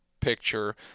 picture